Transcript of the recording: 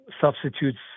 substitutes